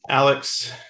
Alex